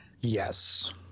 Yes